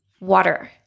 water